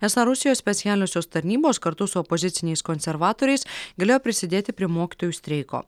esą rusijos specialiosios tarnybos kartu su opoziciniais konservatoriais galėjo prisidėti prie mokytojų streiko